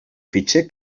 fitxer